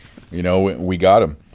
you know, we got him